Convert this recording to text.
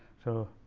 so,